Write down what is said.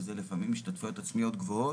שזה לפעמים השתתפויות עצמיות גבוהות,